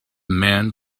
man